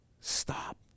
stop